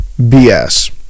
BS